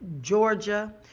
Georgia